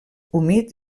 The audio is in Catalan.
humit